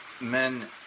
men